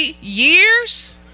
years